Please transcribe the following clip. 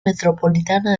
metropolitana